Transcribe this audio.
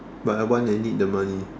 but I want and need the money